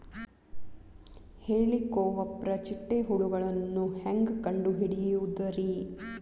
ಹೇಳಿಕೋವಪ್ರ ಚಿಟ್ಟೆ ಹುಳುಗಳನ್ನು ಹೆಂಗ್ ಕಂಡು ಹಿಡಿಯುದುರಿ?